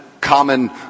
common